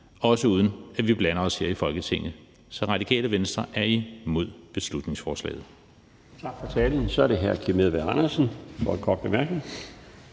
også uden at vi blander os her i Folketinget. Så Radikale Venstre er imod beslutningsforslaget.